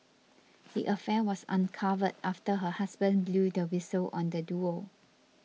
the affair was uncovered after her husband blew the whistle on the duo